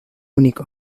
único